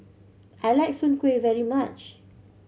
I like Soon Kueh very much